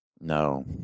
No